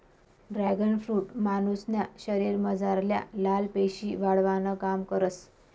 dragon fruit मानुसन्या शरीरमझारल्या लाल पेशी वाढावानं काम करस